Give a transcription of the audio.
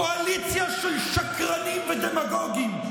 קואליציה של שקרנים ודמגוגים.